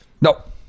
nope